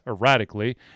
erratically